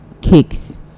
cakes